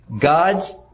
God's